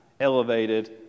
elevated